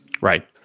Right